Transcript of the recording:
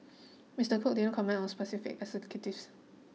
Mister Cook didn't comment on specific executives